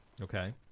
okay